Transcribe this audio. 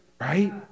Right